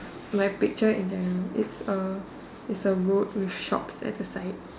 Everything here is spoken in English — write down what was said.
my picture in general it's a it's a road with shops at the side